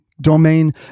domain